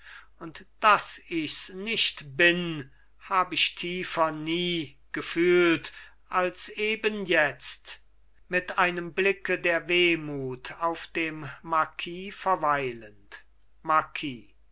und daß ichs nicht bin hab ich tiefer nie gefühlt als eben jetzt mit einem blicke der wehmut auf dem marquis verweilend